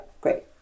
great